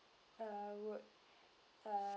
uh would uh